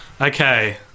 Okay